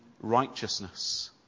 righteousness